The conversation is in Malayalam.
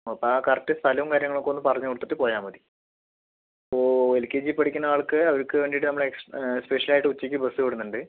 അപ്പോൾ ആ കറക്റ്റ് സ്ഥലവും കാര്യങ്ങളുമൊക്കെ ഒന്ന് പറഞ്ഞുകൊടുത്തിട്ട് പോയാൽ മതി ഇപ്പോൾ എൽ കെ ജി പഠിക്കുന്ന ആൾക്ക് അവർക്കുവേണ്ടീട്ട് നമ്മള് സ്പെഷ്യൽ ആയിട്ട് ഉച്ചക്ക് ബസ്സ് വിടുന്നുണ്ട്